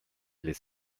les